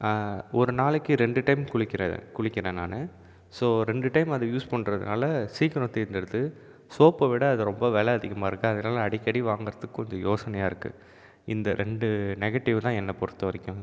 ஒரு நாளைக்கு ரெண்டு டைம் குளிக்கிறேன் குளிக்கிறேன் நான் ஸோ ரெண்டு டைம் அது யூஸ் பண்ணுறதுனால சீக்கிரம் தீர்ந்துவிடுது சோப்பை விட அது ரொம்ப வெலை அதிகமாக இருக்குது அதனால் அடிக்கடி வாங்குறதுக்கு கொஞ்சம் யோசனையாக இருக்குது இந்த ரெண்டு நெகட்டிவ் தான் என்னை பொருத்தவரைக்கும்